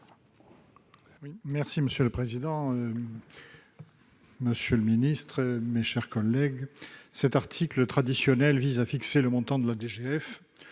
Monsieur le président, monsieur le ministre, mes chers collègues, cet article traditionnel vise à fixer le montant de la